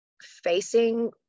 facing